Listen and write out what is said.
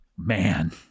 Man